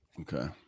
okay